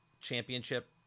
championship